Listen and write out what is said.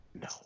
No